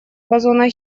бозона